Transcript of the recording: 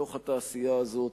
להשתלב בתעשייה הזאת,